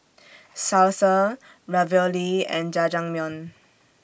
Salsa Ravioli and Jajangmyeon